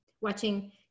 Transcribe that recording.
watching